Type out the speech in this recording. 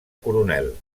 coronel